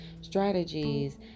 strategies